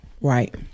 right